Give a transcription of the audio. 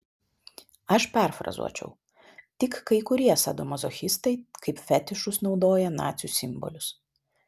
aš perfrazuočiau tik kai kurie sadomazochistai kaip fetišus naudoja nacių simbolius